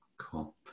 Cool